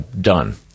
done